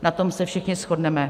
Na tom se všichni shodneme.